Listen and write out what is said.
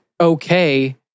okay